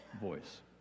voice